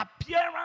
appearance